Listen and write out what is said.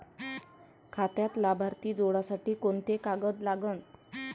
खात्यात लाभार्थी जोडासाठी कोंते कागद लागन?